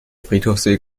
friedhofsweg